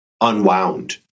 unwound